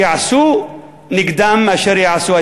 שיעשו נגדם אשר יעשו.